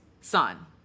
son